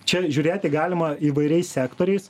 čia žiūrėti galima įvairiais sektoriais